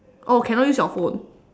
oh cannot use your phone